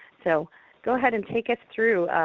so go ahead and take us through.